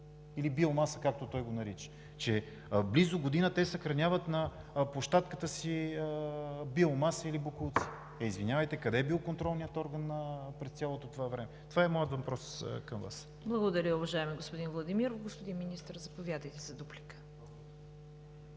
или „биомаса“, както той го нарича, че близо година те съхраняват на площадката си биомаса или боклуци. Е, извинявайте, но къде е бил контролният орган през цялото това време? Това е моят въпрос към Вас. ПРЕДСЕДАТЕЛ ЦВЕТА КАРАЯНЧЕВА: Благодаря, уважаеми господин Владимиров. Господин Министър, заповядайте за дуплика.